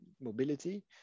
mobility